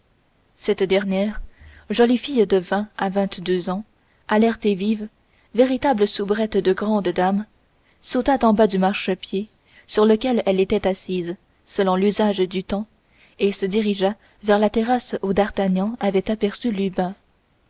cette dernière jolie fille de vingt à vingt-deux ans alerte et vive véritable soubrette de grande dame sauta en bas du marchepied sur lequel elle était assise selon l'usage du temps et se dirigea vers la terrasse où d'artagnan avait aperçu lubin